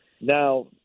Now